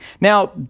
Now